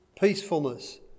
peacefulness